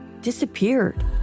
disappeared